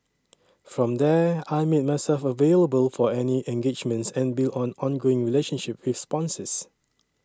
from there I made myself available for any engagements and built an ongoing relationship with sponsors